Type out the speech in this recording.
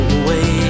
away